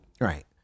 Right